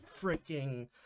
freaking